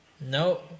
No